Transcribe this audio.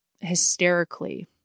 hysterically